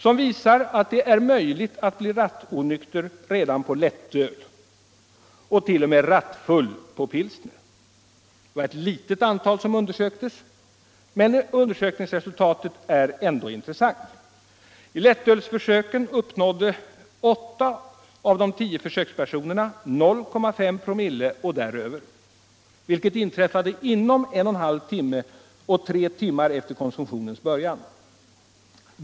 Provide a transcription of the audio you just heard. Det visar att det är möjligt att bli rattonykter redan på lättöl och t.o.m. rattfull på pilsner. Det var ett litet antal personer som undersöktes, men undersökningsresultatet är ändå intressant. Vid lättölsförsöken uppnådde 8 av de 10 försökspersonerna 0,5 '/.« och däröver. Detta inträffade inom en och en halv timme och tre timmar efter konsumtionens början.